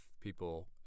people